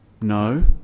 No